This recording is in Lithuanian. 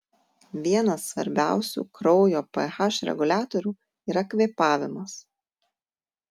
vienas svarbiausių kraujo ph reguliatorių yra kvėpavimas